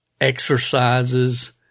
exercises